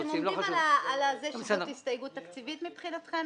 אתם עומדים על זה שזאת הסתייגות תקציבית מבחינתכם?